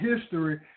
history